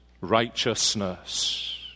righteousness